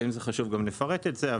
ואם זה חשוב, גם נפרט את זה.